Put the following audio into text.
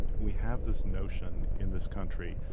we have this notion in this country,